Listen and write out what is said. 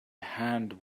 hand